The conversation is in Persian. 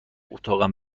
اتاقم